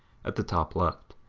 at the top left.